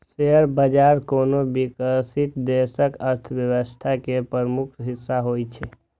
share बाजार कोनो विकसित देशक अर्थव्यवस्था के प्रमुख हिस्सा होइ छै